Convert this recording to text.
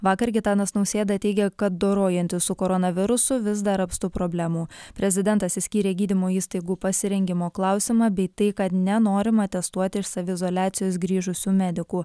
vakar gitanas nausėda teigė kad dorojantis su koronavirusu vis dar apstu problemų prezidentas išskyrė gydymo įstaigų pasirengimo klausimą bei tai kad nenorima testuoti iš saviizoliacijos grįžusių medikų